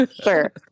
sure